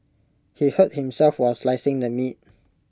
he hurt himself while slicing the meat